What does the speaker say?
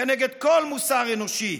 כנגד כל מוסר אנושי.